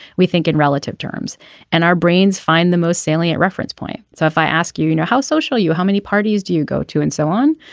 we think in relative terms and our brains find the most salient reference point. so if i ask you you know how social you are how many parties do you go to and so on.